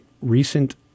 recent